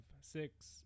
six